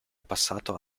passato